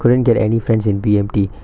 couldn't get any friends in B_M_T